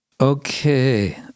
Okay